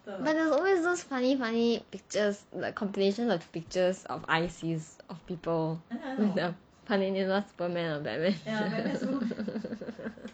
but there's always those funny funny pictures like compilation of pictures of I_C of people with the funny names superman or batman